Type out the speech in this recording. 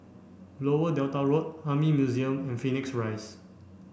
Lower Delta Road Army Museum and Phoenix Rise